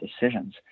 decisions